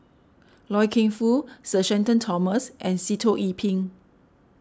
Loy Keng Foo Sir Shenton Thomas and Sitoh Yih Pin